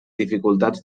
dificultats